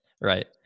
Right